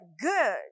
good